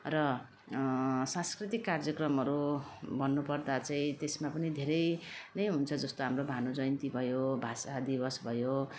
र सांस्कृतिक कार्यक्रमहरू भन्नुपर्दा चाहिँ त्यसमा पनि धेरै नै हुन्छ जस्तो हाम्रो भानु जयन्ती भयो भाषा दिवस भयो